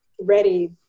ready